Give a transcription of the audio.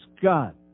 God